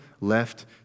left